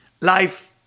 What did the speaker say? life